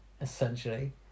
essentially